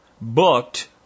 booked